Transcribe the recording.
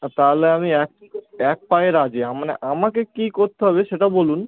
তাহলে আমি এক পায়ে রাজি মানে আমাকে কী করতে হবে সেটা বলুন